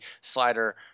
slider